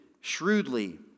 shrewdly